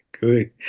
good